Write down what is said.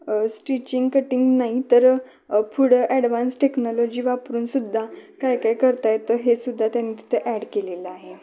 stitching cutting नाही तर फुडं ॲडव्हान्स टेक्नॉलॉजी वापरूनसुद्धा काही काही करता येतं हेसुद्धा त्यांनी तिथं ॲड केलेलं आहे